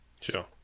sure